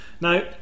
Now